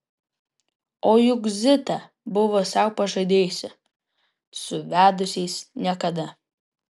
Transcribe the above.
o juk zita buvo sau pažadėjusi su vedusiais niekada